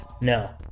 No